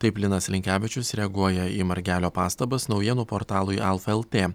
taip linas linkevičius reaguoja į margelio pastabas naujienų portalui alfa lt